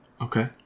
Okay